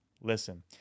Listen